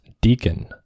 Deacon